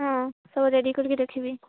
ହଁ ସବୁ ରେଡ଼ି କରିକି ରଖିବି